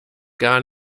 gar